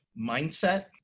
mindset